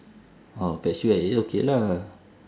I'll fetch you at eight okay lah